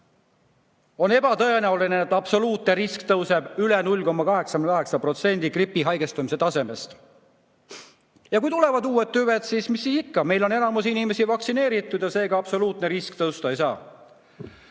on ebatõenäoline, et absoluutne risk tõuseks üle 0,88% grippi haigestumise tasemest. Ja kui tulevadki uued tüved, siis meil on enamik inimesi vaktsineeritud ja seega absoluutne risk tõusta ei saa.